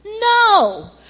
No